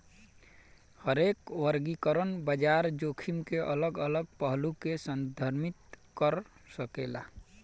हरेक वर्गीकरण बाजार जोखिम के अलग अलग पहलू के संदर्भित कर सकेला